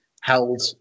held